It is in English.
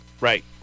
Right